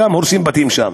הורסים בתים שם.